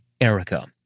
Erica